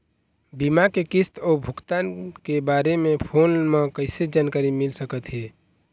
बीमा के किस्त अऊ भुगतान के बारे मे फोन म कइसे जानकारी मिल सकत हे?